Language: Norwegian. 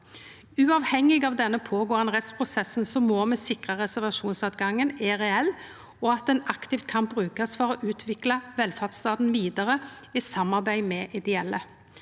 Uavhengig av denne pågåande rettsprosessen må me sikra at reservasjonsåtgangen er reell, og at han aktivt kan brukast for å utvikla velferdsstaten vidare i samarbeid med ideelle